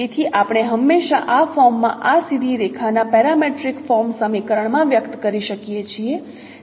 તેથી આપણે હંમેશાં આ ફોર્મમાં આ સીધી રેખાના પેરામેટ્રિક ફોર્મ સમીકરણ માં વ્યક્ત કરી શકીએ છીએ